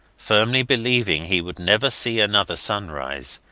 firmly believing he would never see another sunrise,